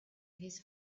his